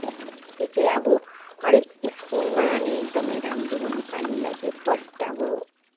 त्यो चाहिँ अब हरेक स्कुलमा नै एकदमै राम्रो नेपालीलाई चाहिँ फर्स्ट अब